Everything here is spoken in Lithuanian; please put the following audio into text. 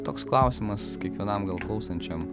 toks klausimas kiekvienam klausančiam